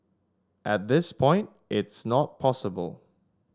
at this point it's not possible